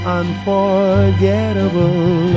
unforgettable